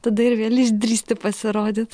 tada ir vėl išdrįsti pasirodyt